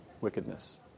wickedness